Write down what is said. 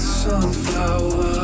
sunflower